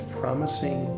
promising